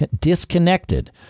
disconnected